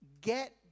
Get